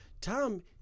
Tom